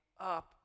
up